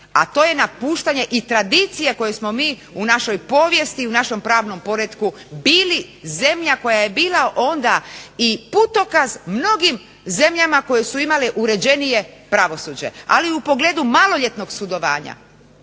a to je napuštanje i tradicija koju smo mi u našoj povijesti, u našem pravnom poretku bili zemlja koja je bila onda i putokaz mnogim zemljama koje su imale uređenije pravosuđe. Ali u pogledu maloljetnog sudovanja